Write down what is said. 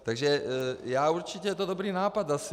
Takže určitě je to dobrý nápad asi.